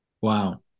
Wow